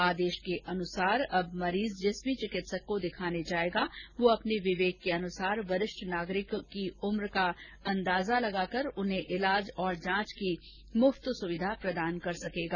आदेश के अनुसार अब मरीज जिस भी चिकित्सक को दिखाने जाएगा वह अपने विवेक के अनुसार वरिष्ठ नागरिकों की उम्र का अंदाजा लगाकर उन्हें इलाज और जांच की मुफ्त सुविधा प्रदान कर सकेगा